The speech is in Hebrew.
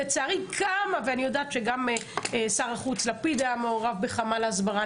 אני יודעת שגם שר החוץ לפיד היה מעורב בחמ"ל ההסברה,